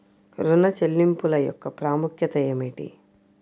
ఋణ చెల్లింపుల యొక్క ప్రాముఖ్యత ఏమిటీ?